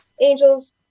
angels